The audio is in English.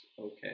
okay